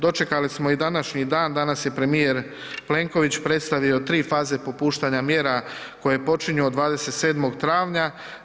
Dočekali smo i današnji dan, danas je premijer Plenković predstavio 3 faze popuštanja mjera koje počinju od 27. travnja.